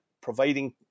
providing